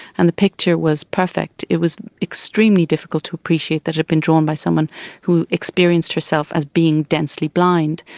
and the picture was perfect, it was extremely difficult to appreciate that it had been drawn by someone who experienced herself as being densely blind.